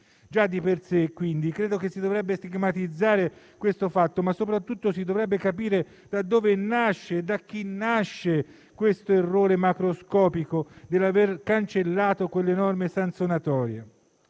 Già di per sé, quindi, credo si dovrebbe stigmatizzare questo fatto, ma soprattutto si dovrebbe capire da dove e da chi nasce questo errore macroscopico dell'aver cancellato quelle norme sanzionatorie.